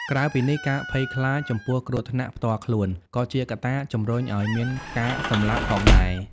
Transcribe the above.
ក្រៅពីនេះ ការភ័យខ្លាចចំពោះគ្រោះថ្នាក់ផ្ទាល់ខ្លួន ក៏ជាកត្តាជំរុញឲ្យមានការសម្លាប់ផងដែរ។